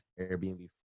Airbnb